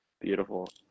Beautiful